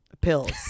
pills